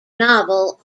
novel